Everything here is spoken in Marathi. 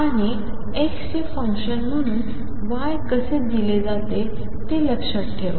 आणि X चे फंक्शन म्हणून Y कसे दिले जाते ते लक्षात ठेवा